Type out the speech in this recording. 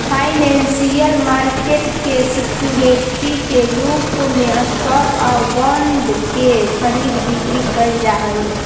financial market में security के रूप में स्टॉक आउ बॉन्ड के खरीद बिक्री कैल जा हइ